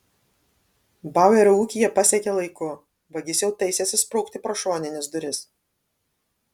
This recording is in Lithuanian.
bauerio ūkį jie pasiekė laiku vagis jau taisėsi sprukti pro šonines duris